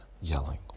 yelling